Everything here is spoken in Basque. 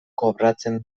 kobratzen